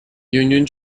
union